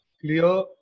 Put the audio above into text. clear